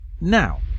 now